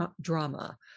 drama